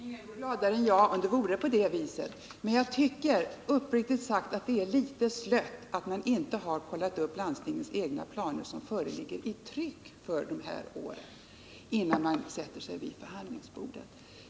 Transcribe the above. Herr talman! Ingen vore gladare än jag om det vore på det viset. Men jag tycker uppriktigt sagt att det är litet slött att man inte har kollat upp landstingens egna planer, som föreligger i tryck för de här åren, innan man sätter sig vid förhandlingsbordet.